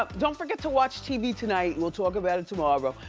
ah don't forget to watch tv tonight. we'll talk about it tomorrow.